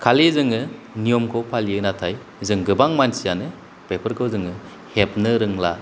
खालि जोङो नियमखौ फालियो नाथाय जों गोबां मानथियानो बेफोरखौ जोङो हेबनो रोंला